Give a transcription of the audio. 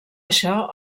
això